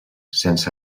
sense